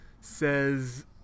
says